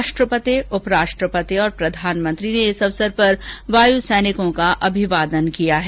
राष्ट्रपति उप राष्ट्रपति और प्रधान मंत्री ने इस अवसर पर वायू सैनिकों का अभिवादन किया है